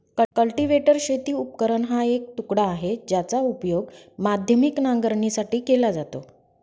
cultivator शेती उपकरण हा एक तुकडा आहे, ज्याचा उपयोग माध्यमिक नांगरणीसाठी केला जातो